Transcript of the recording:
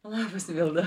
labas milda